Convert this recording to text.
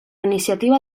iniciativa